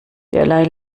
derlei